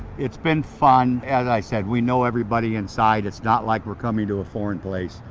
it's been fun. as i said, we know everybody inside, it's not like we're coming to a foreign place.